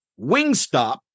Wingstop